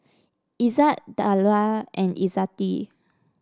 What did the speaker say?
Izzat Dollah and Izzati